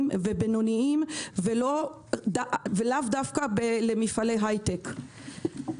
ובינוניים ולאו דווקא למפעלי הייטק.